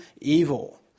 evil